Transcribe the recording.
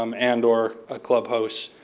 um and or a clubhouse.